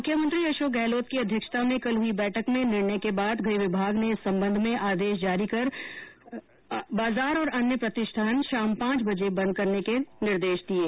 मुख्यमंत्री अशोक गहलोत की अध्यक्षता में कल हुई बैठक में निर्णय के बाद गृह विभाग ने इस संबंध में आदेश जारी कर दिये आदेश के अनुसार बाजार और अन्य प्रतिष्ठान शाम पांच बजे बंद करने होंगे